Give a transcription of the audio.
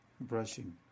brushing